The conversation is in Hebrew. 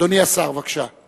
אדוני השר, בבקשה.